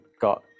got